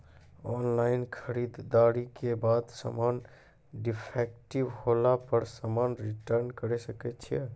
Online खरीददारी के बाद समान डिफेक्टिव होला पर समान रिटर्न्स करे सकय छियै?